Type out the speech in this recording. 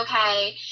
okay